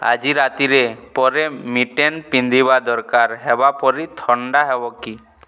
ଆଜି ରାତିରେ ପରେ ମିଟେନ୍ ପିନ୍ଧିବା ଦରକାର ହେବା ପରି ଥଣ୍ଡା ହେବ କି